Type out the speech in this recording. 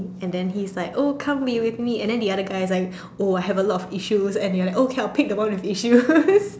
and then he's like oh come be with me and then the other guy's like oh I have a lot of issues and you're like okay I'll pick the one with issues